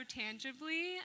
tangibly